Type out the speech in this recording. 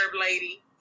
Lady